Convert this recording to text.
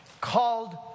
Called